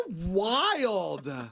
wild